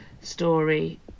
story